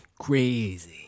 Crazy